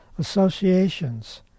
associations